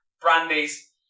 Brandy's